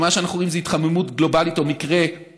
שמה שאנחנו רואים זה התחממות גלובלית או צירוף